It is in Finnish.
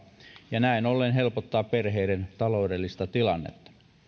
ja näin ollen helpottaa perheiden taloudellista tilannetta